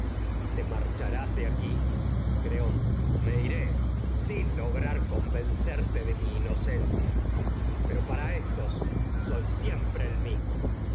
y te marcharás de aquí creonte me iré lograr convencerte de mi ino siempre el mismo